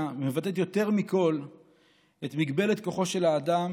מבטאת יותר מכול את מגבלת כוחו של האדם